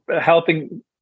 helping